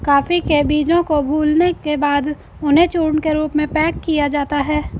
coffee के बीजों को भूलने के बाद उन्हें चूर्ण के रूप में पैक किया जाता है